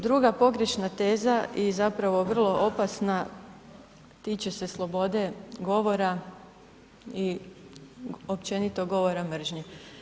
Druga pogrešna teza i zapravo vrlo opasna tiče se slobode govora i općenito govora mržnje.